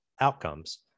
outcomes